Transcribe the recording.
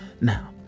Now